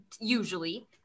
usually